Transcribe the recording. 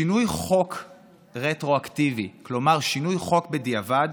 שינוי חוק רטרואקטיבי, כלומר שינוי חוק בדיעבד,